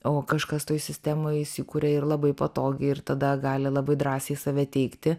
o kažkas toj sistemoj įsikuria ir labai patogiai ir tada gali labai drąsiai save teigti